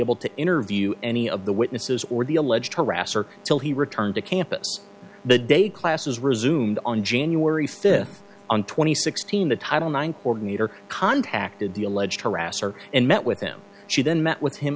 able to interview any of the witnesses or the alleged harasser till he returned to campus the day classes resumed on january fifth and twenty sixteen the title nine pork meter contacted the alleged harasser and met with him she then met with him